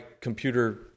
computer